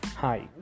Hi